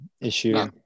issue